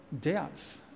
doubts